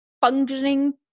functioning